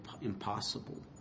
impossible